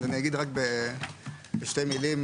אז אני אגיד רק בשתי מילים